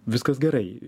viskas gerai